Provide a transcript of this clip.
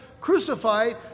crucified